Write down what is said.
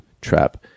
trap